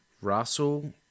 Russell